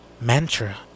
Mantra